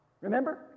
Remember